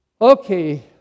okay